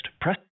Press